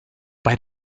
bei